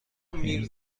این